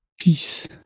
Peace